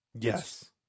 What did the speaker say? Yes